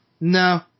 no